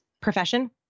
profession